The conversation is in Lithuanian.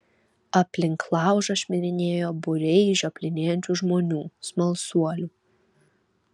aplink laužą šmirinėjo būriai žioplinėjančių žmonių smalsuolių